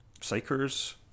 psychers